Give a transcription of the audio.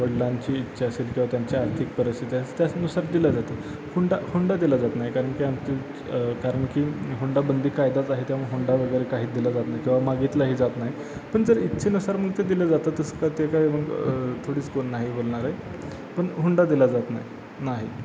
वडिलांची इच्छा असेल किंवा त्यांची आर्थिक परिस्थिती असेल त्याचनुसार दिलं जातं हुंडा हुंडा दिला जात नाही कारण की आमची कारण की हुंडाबंदी कायदाच आहे त्यामुळे हुंडा वगैरे काही दिला जात नाही किंवा मागितलाही जात नाही पण जर इच्छेनुसार मग ते दिलं जातं तसं का ते काय मग थोडेच कोण नाही बोलणार आहे पण हुंडा दिला जात नाही नाही